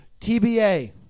TBA